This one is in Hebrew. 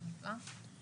הצבעה לא אושרה.